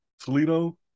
Toledo